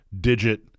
digit